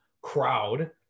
crowd